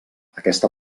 aquesta